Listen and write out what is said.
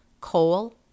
Coal